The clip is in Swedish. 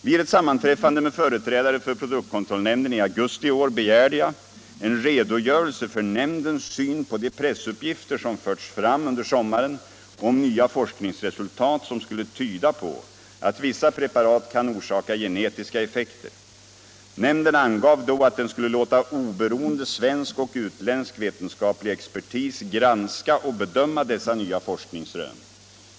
Vid ett sammanträffande med företrädare för produktkontrollnämnden i augusti i år begärde jag en redogörelse för nämndens syn på de pressuppgifter som förts fram under sommaren om nya forskningsresultat som skulle tyda på att vissa preparat kan orsaka genetiska effekter. Nämnden angav då att den skulle låta oberoende svensk och utländsk vetenskaplig expertis granska och bedöma dessa nya forskningsrön.